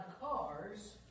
cars